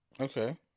Okay